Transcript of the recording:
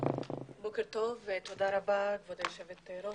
בוקר טוב ותודה רבה, כבוד היושבת ראש.